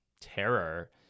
terror